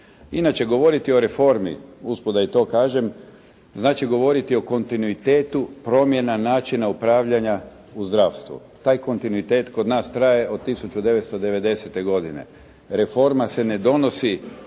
Inače govoriti o reformi, usput da i to kažem, znači govoriti o kontinuitetu promjena, načina upravljanja u zdravstvu. Taj kontinuitet kod nas traje od 1990.godine. Reforma se ne donosi